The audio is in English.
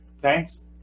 Thanks